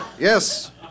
Yes